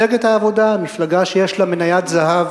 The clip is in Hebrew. מפלגת העבודה, מפלגה שיש לה מניית זהב